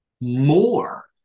more